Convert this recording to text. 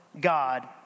God